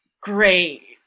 great